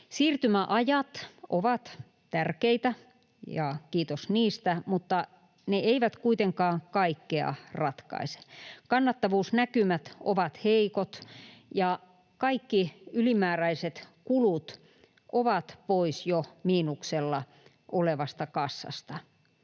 Siirtymäajat ovat tärkeitä, ja kiitos niistä, mutta ne eivät kuitenkaan kaikkea ratkaise. Kannattavuusnäkymät ovat heikot, ja kaikki ylimääräiset kulut ovat pois jo miinuksella olevasta kassasta.